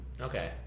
Okay